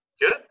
good